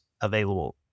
available